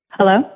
Hello